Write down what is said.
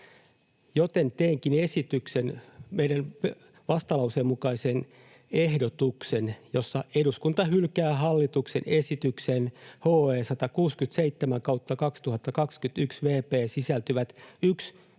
joten teenkin meidän vastalauseemme mukaisen ehdotuksen, että eduskunta hylkää hallituksen esitykseen HE 167/2021 vp sisältyvät 1.